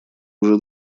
уже